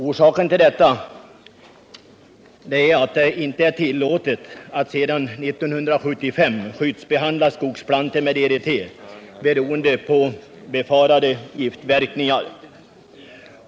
Orsaken är att det sedan 1975 inte är tillåtet att skyddsbehandla skogsplantor med DDT beroende på befarade giftverkningar.